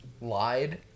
lied